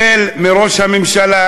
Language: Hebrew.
החל מראש הממשלה,